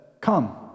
Come